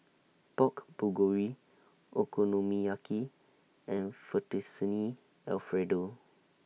Pork Bulgogi Okonomiyaki and Fettuccine Alfredo